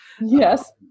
Yes